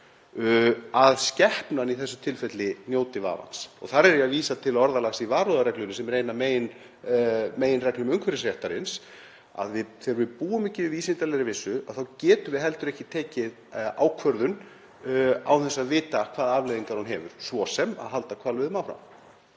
fái skepnan í þessu tilfelli að njóta vafans? Þar er ég að vísa til orðalags í varúðarreglunni sem er ein af meginreglum umhverfisréttarins. Þegar við búum ekki yfir vísindalegri vissu þá getum við heldur ekki tekið ákvörðun án þess að vita hvaða afleiðingar hún hefur, svo sem að halda hvalveiðum áfram.